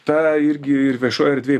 tą irgi ir viešoj erdvėj